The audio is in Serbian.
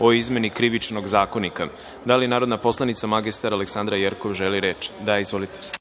o izmeni Krivičnog zakonika. Da li narodna poslanica mr Aleksandra Jerkov želi reč? (Da)Izvolite. **Aleksandra Jerkov**